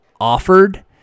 offered